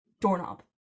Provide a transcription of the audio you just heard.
doorknob